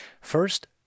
First